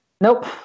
Nope